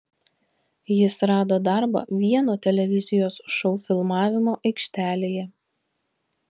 jis rado darbą vieno televizijos šou filmavimo aikštelėje